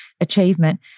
Achievement